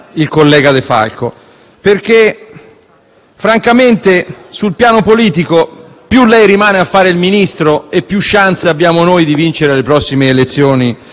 Francamente, sul piano politico, più lei rimane a fare il Ministro e più *chance* abbiamo noi di vincere le prossime elezioni europee.